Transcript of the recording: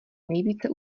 nejvíce